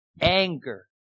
anger